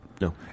No